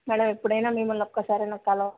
madam మిమ్మల్ని ఒక్కసారైనా కల